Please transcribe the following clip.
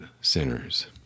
sinners